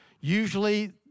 usually